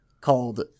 called